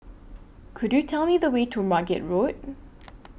Could YOU Tell Me The Way to Margate Road